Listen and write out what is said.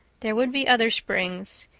there would be other springs,